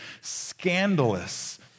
scandalous